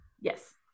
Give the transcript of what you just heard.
Yes